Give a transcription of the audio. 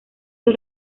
del